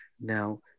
now